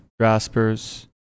graspers